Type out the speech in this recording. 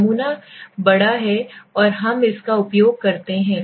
नमूना बड़ा है और हम इसका उपयोग करते हैं